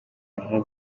nko